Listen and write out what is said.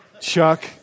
Chuck